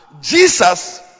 Jesus